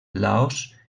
laos